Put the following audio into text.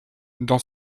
dans